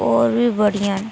होर बी बड़ियां न